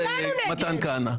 מתן כהנא.